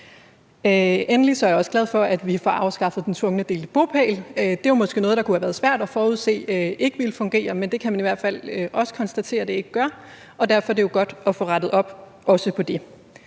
Så er jeg også glad for, at vi får afskaffet den tvungne delte bopæl. Det var måske noget, der kunne have været svært at forudse ikke ville fungere, men det kan man i hvert fald også konstatere at det ikke gør. Og derfor er det jo godt også at få rettet op på det.